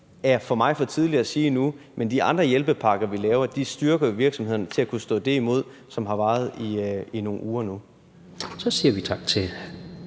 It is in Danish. er for mig endnu for tidligt at sige, men de andre hjælpepakker, som vi laver, styrker jo virksomhederne til at kunne stå det imod, som nu har varet i nogle uger. Kl.